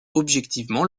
objectivement